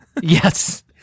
Yes